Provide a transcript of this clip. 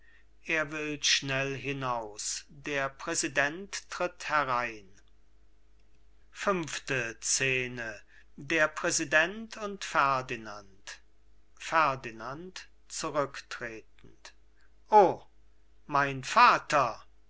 er will schnell hinaus der präsident tritt herein fünfte scene der präsident und ferdinand ferdinand zurücktretend o mein vater